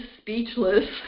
speechless